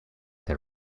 the